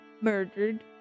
murdered